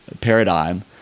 paradigm